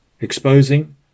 exposing